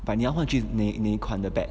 but 你要换去哪哪一款的 bat